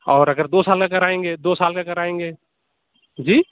اور اگر دو سال کا کرائیں گے دو سال کا کرائیں گے جی